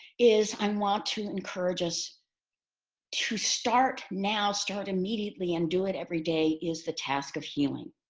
is i want to encourage us to start now. start immediately and do it every day, is the task of healing,